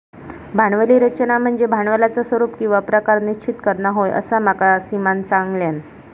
भांडवली रचना म्हनज्ये भांडवलाचा स्वरूप किंवा प्रकार निश्चित करना होय, असा माका सीमानं सांगल्यान